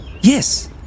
Yes